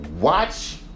watch